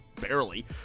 Barely